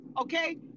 Okay